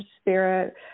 spirit